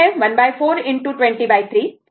म्हणून ते 14 203 एवढे आहे